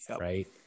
right